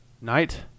Knight